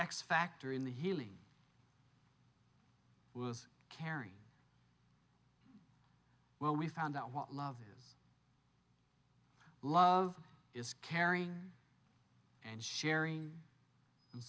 the x factor in the healing was carried well we found out what love is love is caring and sharing and